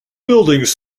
buildings